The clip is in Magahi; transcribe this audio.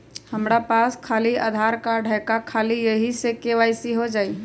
हमरा पास खाली आधार कार्ड है, का ख़ाली यही से के.वाई.सी हो जाइ?